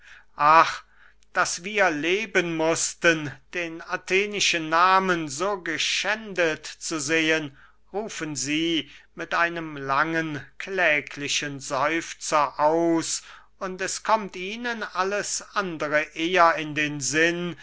ach daß wir leben mußten den athenischen nahmen so geschändet zu sehen rufen sie mit einem langen kläglichen seufzer aus und es kommt ihnen alles andere eher in den sinn